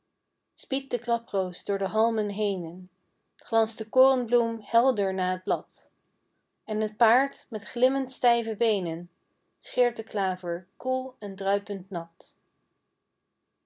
spiedt de klaproos door de halmen henen glanst de koornbloem helder na het bad en het paard met glimmend stijve beenen scheert de klaver koel en druipend nat